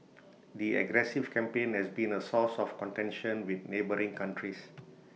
the aggressive campaign has been A source of contention with neighbouring countries